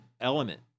element